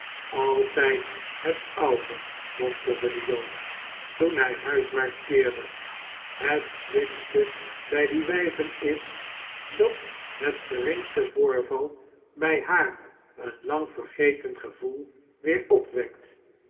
altijd het oude mompelde de jood toen hij huiswaarts keerde het slimste bij die wijven is dat het geringste voorval bij haar een lang vergeten gevoel weer opwekt